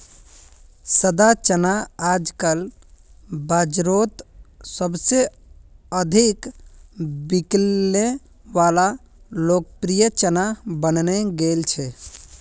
सादा चना आजकल बाजारोत सबसे अधिक बिकने वला लोकप्रिय चना बनने गेल छे